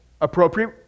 Appropriate